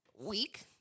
week